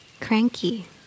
Cranky